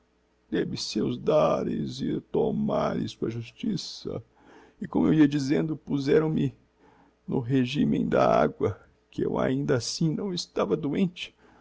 criado teve seus da res e to mares com a justiça e como eu ia dizendo puzeram me no regimen da agua que eu ainda assim não estava doente